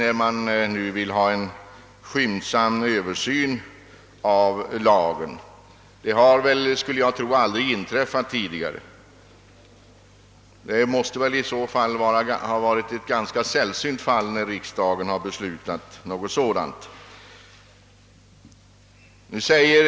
Jag skulle tro att det aldrig tidigare inträffat, och om så varit fallet måste ett sådant riksdagsbeslut ha varit ganska sällsynt.